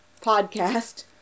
Podcast